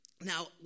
Now